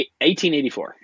1884